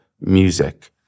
music